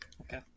Okay